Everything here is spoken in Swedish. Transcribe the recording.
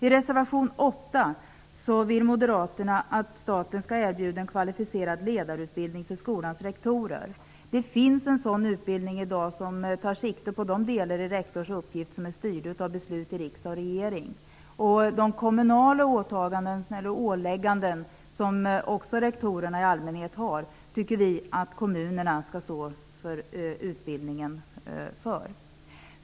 I reservation 8 vill Moderaterna att staten skall erbjuda en kvalificerad ledarutbildning för skolans rektorer. Det finns i dag en sådan utbildning som tar sikte på de delar i rektorernas uppgifter som är styrda av beslut i riksdag och regering. Den utbildning som krävs för de kommunala åtaganden som rektorerna i allmänhet också har, tycker vi att kommunerna skall stå för.